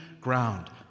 ground